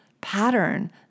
pattern